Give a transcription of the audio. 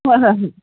ꯍꯣꯏ ꯍꯣꯏ ꯍꯣꯏ